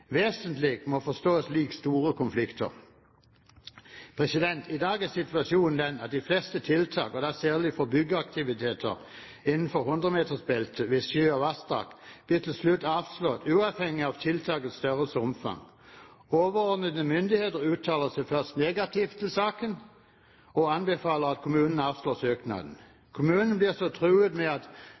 må forstås som å være store konflikter. I dag er situasjonen den at de fleste tiltak – særlig for byggeaktiviteter innenfor hundremetersbeltet langs sjø og vassdrag – til slutt blir avslått, uavhengig av tiltakets størrelse og omfang. Overordnede myndigheter uttaler seg først negativt om saken og anbefaler at kommunen avslår søknaden. Kommunen blir så truet med at